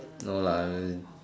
no lah